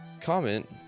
comment